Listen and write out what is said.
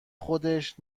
خودش